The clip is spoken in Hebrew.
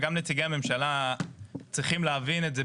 וגם נציגי הממשלה צריכים להבין את זה.